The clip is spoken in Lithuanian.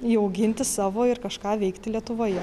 įauginti savo ir kažką veikti lietuvoje